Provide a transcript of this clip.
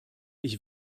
ich